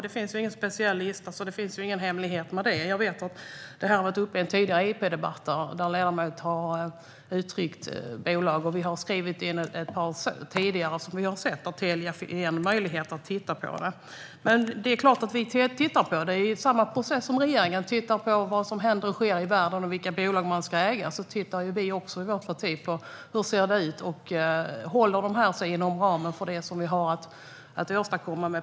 Det finns ingen speciell lista. Det finns inga hemligheter när det gäller det. Jag vet att det har varit uppe i tidigare interpellationsdebatter och att ledamöter har talat om vissa bolag. Och vi har skrivit om ett par tidigare, där Telia är ett möjligt bolag. Vi tittar såklart på det. Regeringen tittar på vad som händer och sker i världen och på vilka bolag staten ska äga. På samma sätt tittar vårt parti på hur det ser ut, på om bolagen håller sig inom ramen för det som privata bolag kan åstadkomma.